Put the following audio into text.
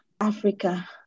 Africa